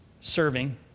serving